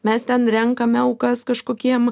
mes ten renkame aukas kažkokiem